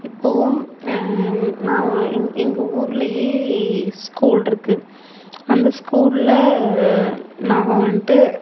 இப்பவும் நான் எங் எங்கள் ஊரிலேயே ஸ்கூல் இருக்குது அந்த அந்த ஸ்கூலில் நாங்கள் வந்துட்டு